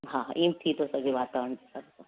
हा ईअं थी थो सघे